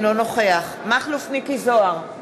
אינו נוכח מכלוף מיקי זוהר,